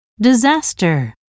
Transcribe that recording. disaster